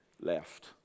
left